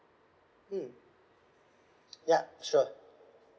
mm yup sure